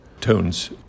tones